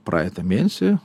praeitą mėnesį